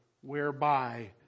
whereby